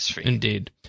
indeed